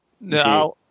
No